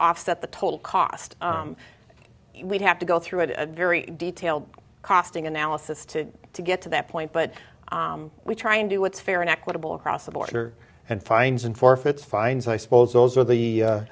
offset the total cost we'd have to go through a very detailed costing analysis to to get to that point but we try and do what's fair and equitable across the border and fines and forfeits fines i suppose those are the